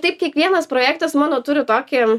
taip kiekvienas projektas mano turi tokį